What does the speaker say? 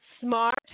smart